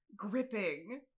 gripping